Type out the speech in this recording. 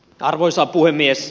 arvoisa puhemies